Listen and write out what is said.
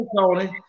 Tony